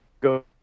go